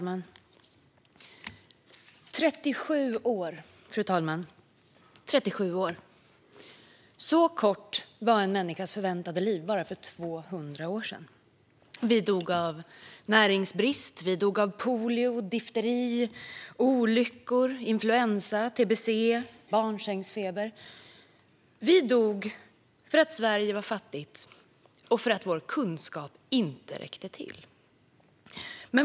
Fru talman! 37 år - så kort var en människas förväntade livslängd för bara 200 år sedan. Vi dog av näringsbrist, polio, difteri, olyckor, influensa, tbc och barnsängsfeber. Vi dog för att Sverige var fattigt och för att vår kunskap inte räckte till.